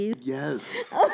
Yes